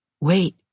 Wait